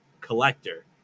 Collector